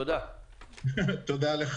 אני נועל את